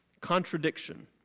Contradiction